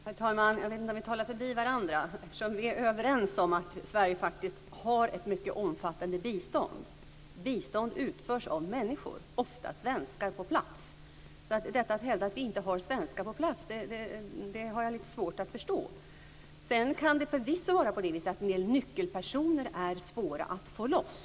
Herr talman! Jag vet inte om vi talar förbi varandra eftersom vi är överens om att Sverige faktiskt har ett mycket omfattande bistånd. Bistånd utförs av människor, ofta svenskar på plats. Detta att hävda att vi inte har svenskar på plats har jag lite svårt att förstå. Sedan kan det förvisso vara på det viset att en del nyckelpersoner är svåra att få loss.